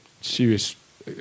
serious